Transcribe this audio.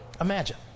Imagine